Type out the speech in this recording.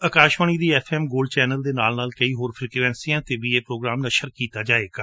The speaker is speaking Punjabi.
ਅਕਾਸ਼ਵਾਣੀ ਦੀ ਐਫਐਮ ਗੋਲਡ ਚੈਨਲ ਦੇ ਨਾਲ ਨਾਲ ਕਈ ਹੋਰ ਫ੍ਰੀਕਵੈਂਸੀਆਂ ਤੇ ਵੀ ਇਹ ਪ੍ਰੋਗਰਾਮ ਨਸ਼ਰ ਕੀਤਾ ਜਾਵੇਗਾ